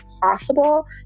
possible